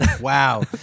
Wow